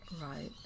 right